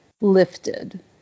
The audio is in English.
lifted